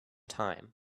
time